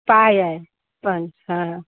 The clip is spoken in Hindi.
पायल पा हाँ